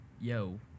yo